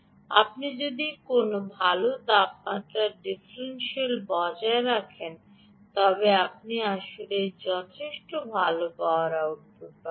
আপনি যদি কোনও ভাল তাপমাত্রার ডিফারেনশিয়াল বজায় রাখেন তবে আপনি আসলে যথেষ্ট ভাল পাওয়ার আউটপুট পাবেন